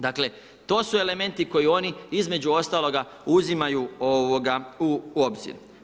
Dakle to su elementi koje oni između ostaloga uzimaju u obzir.